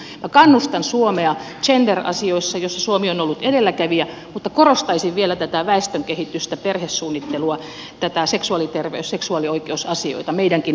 minä kannustan suomea gender asioissa joissa suomi on ollut edelläkävijä mutta korostaisin vielä tätä väestönkehitystä perhesuunnittelua näitä seksuaalioikeusasioita meidänkin budjetissa